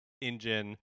engine